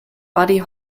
buddy